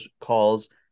calls